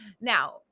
Now